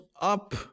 up